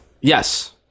Yes